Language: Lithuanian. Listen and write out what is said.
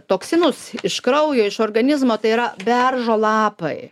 toksinus iš kraujo iš organizmo tai yra beržo lapai